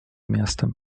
miastem